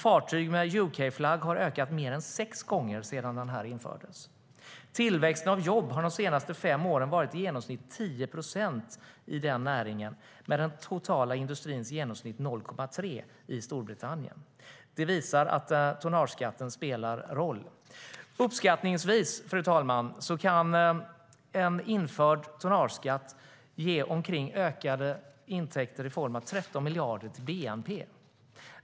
Fartyg med UK-flagg har ökat mer än sex gånger sedan den infördes. Tillväxten av jobb har de senaste fem åren varit i genomsnitt 10 procent i den näringen - att jämföra med den totala industrins genomsnitt på 0,3 procent i Storbritannien. Det visar att tonnageskatten spelar roll. Fru talman! Uppskattningsvis skulle en tonnageskatt ge 13 miljarder i ökade intäkter till bnp.